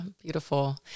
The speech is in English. beautiful